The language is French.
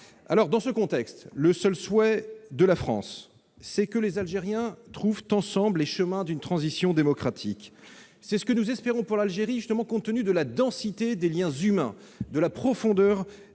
? Dans ce contexte, le seul souhait de la France est que les Algériens trouvent ensemble les chemins d'une transition démocratique. C'est ce que nous espérons pour l'Algérie, compte tenu de la densité et de la profondeur